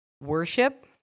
worship